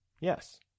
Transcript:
Yes